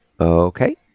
Okay